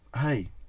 hey